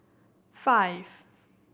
five